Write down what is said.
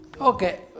Okay